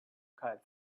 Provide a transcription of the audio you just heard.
kite